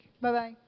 Bye-bye